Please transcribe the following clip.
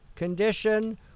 condition